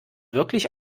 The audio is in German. wirklich